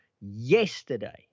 yesterday